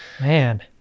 man